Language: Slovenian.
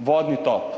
vodni top.